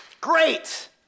Great